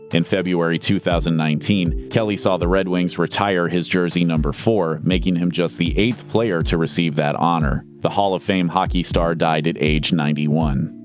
in february two thousand and nineteen, kelly saw the red wings retire his jersey, number four, making him just the eighth player to receive that honor. the hall of fame hockey star died at age ninety one.